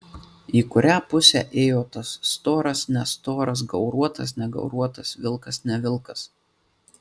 į kurią pusę ėjo tas storas nestoras gauruotas negauruotas vilkas ne vilkas